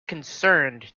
concerned